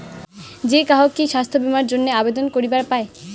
যে কাহো কি স্বাস্থ্য বীমা এর জইন্যে আবেদন করিবার পায়?